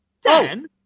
Dan